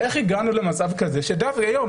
איך הגענו למצב כזה היום,